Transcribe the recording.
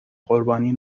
قربانی